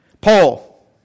Paul